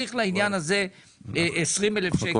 צריך לעניין הזה 20 אלף שקל,